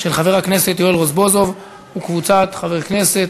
של חבר הכנסת יואל רזבוזוב וקבוצת חברי הכנסת.